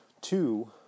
Two